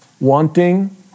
wanting